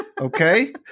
okay